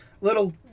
little